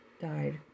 died